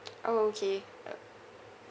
orh okay uh